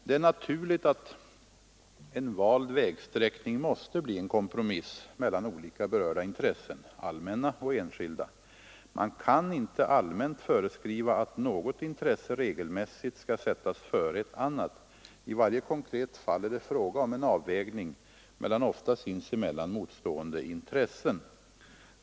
Det är naturligt, att en vald vägsträckning måste bli en kompromiss mellan olika berörda intressen — allmänna och enskilda. Man kan inte allmänt föreskriva att något intresse regelmässigt skall sättas före ett annat. I varje konkret fall är det fråga om en avvägning mellan ofta sinsemellan motstående intressen.